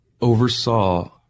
oversaw